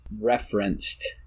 referenced